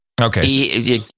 Okay